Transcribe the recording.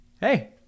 Hey